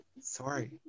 Sorry